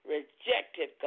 Rejected